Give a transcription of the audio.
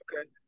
Okay